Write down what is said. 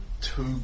two